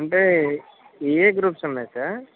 అంటే ఏయే గ్రూప్స్ ఉన్నాయి సార్